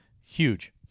Huge